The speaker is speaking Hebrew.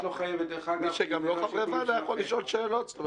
את לא חייבת --- גם מי שלא חבר ועדה יכול לשאול שאלות?